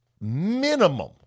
minimum